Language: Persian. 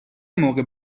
موقع